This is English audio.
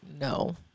no